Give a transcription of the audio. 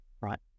right